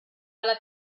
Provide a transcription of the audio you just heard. alla